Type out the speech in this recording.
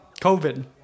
COVID